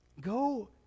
Go